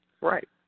Right